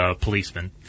policeman